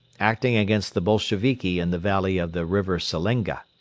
acting against the bolsheviki in the valley of the river selenga.